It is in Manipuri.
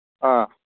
ꯑꯥ